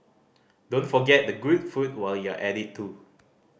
don't forget the good food while you're at it too